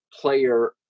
player